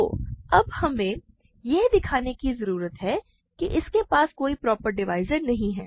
तो अब हमें यह दिखाने की जरूरत है कि इसके पास कोई प्रॉपर डिवाइज़र नहीं है